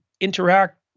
interact